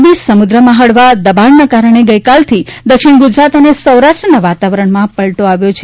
અરબી સમુદ્રમાં હળવા દબાણના કારણે ગઇકાલથી દક્ષિણ ગુજરાત અને સૌરાષ્ટ્રના વાતાવરણમાં પલટો આવ્યો છે